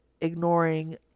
ignoring